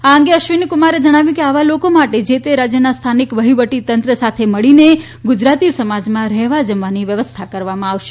આ અંગે અશ્વિની કુમારે જણાવ્યું કે આવા લોકો માટે જે તે રાજ્યના સ્થાનિક વહીવટીતંત્ર સાથે મળીને ગુજરાતી સમાજમાં રહેવા જમવાની વ્યવસ્થા કરાવવામાં આવશે